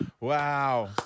Wow